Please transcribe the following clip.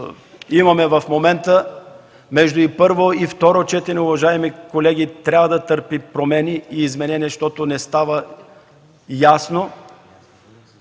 имаме в момента между първо и второ четене, уважаеми колеги, трябва да търпи промени и изменения, защото не става ясно,